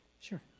sure